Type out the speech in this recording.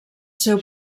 seu